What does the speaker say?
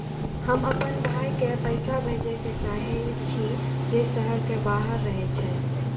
हम आपन भाई के पैसा भेजे के चाहि छी जे शहर के बाहर रहे छै